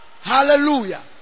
Hallelujah